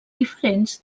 diferents